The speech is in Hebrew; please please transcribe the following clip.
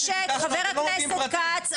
חבר הכנסת כץ.